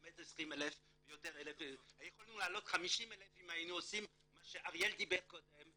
20,000. יכולנו להעלות 50,000 אם היינו עושים מה שאריאל דיבר קודם.